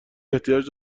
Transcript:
احتیاج